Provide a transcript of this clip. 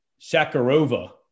Shakarova